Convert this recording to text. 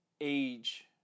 age